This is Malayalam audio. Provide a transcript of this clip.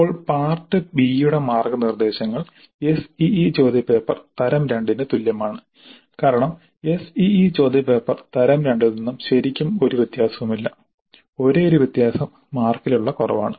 ഇപ്പോൾ പാർട്ട് ബി യുടെ മാർഗ്ഗനിർദ്ദേശങ്ങൾ SEE ചോദ്യ പേപ്പർ തരം 2 ന് തുല്യമാണ് കാരണം SEE ചോദ്യ പേപ്പർ തരം 2 ൽ നിന്നും ശരിക്കും ഒരു വ്യത്യാസവുമില്ല ഒരേയൊരു വ്യത്യാസം മാർക്കിലുള്ള കുറവാണ്